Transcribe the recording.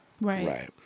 right